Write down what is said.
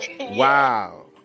wow